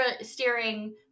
steering